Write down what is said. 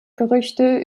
gerüchte